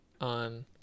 on